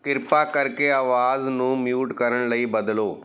ਕਿਰਪਾ ਕਰਕੇ ਆਵਾਜ਼ ਨੂੰ ਮਿਊਟ ਕਰਨ ਲਈ ਬਦਲੋ